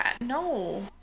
No